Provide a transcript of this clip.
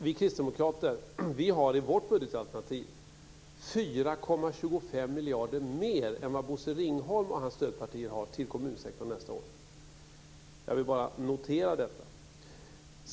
Vi kristdemokrater har i vårt budgetalternativ 4,25 miljarder mer än vad Bosse Ringholm och hans stödpartier har till kommunsektorn nästa år. Jag vill bara notera detta.